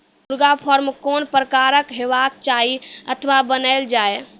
मुर्गा फार्म कून प्रकारक हेवाक चाही अथवा बनेल जाये?